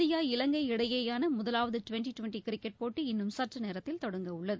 India இவங்கை இடையேயான முதலாவது டுவெண்டி டுவெண்டி கிரிக்கெட் போட்டி இன்னும் சற்றுநேரத்தில் தொடங்கவுள்ளது